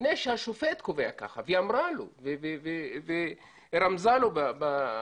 לפני שהשפוט קובע ככה והיא אמרה לו ורמזה לו בשיחה,